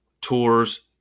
tours